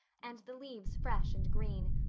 and the leaves fresh and green,